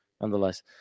nonetheless